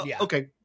Okay